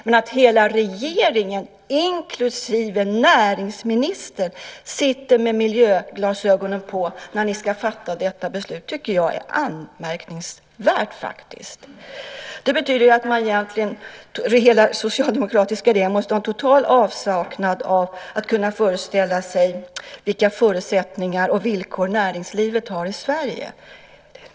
Men att hela regeringen, inklusive näringsministern, sitter med miljöglasögonen på sig när detta beslut ska fattas är anmärkningsvärt. Det betyder att hela den socialdemokratiska regeringen är i total avsaknad av att kunna föreställa sig vilka förutsättningar och villkor näringslivet har i Sverige.